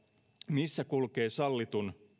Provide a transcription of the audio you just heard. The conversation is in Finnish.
missä kulkee sallitun